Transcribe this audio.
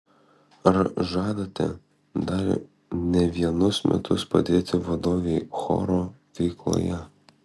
ar žadate dar ne vienus metus padėti vadovei choro veikloje